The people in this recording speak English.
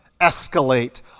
escalate